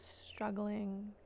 struggling